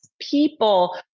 people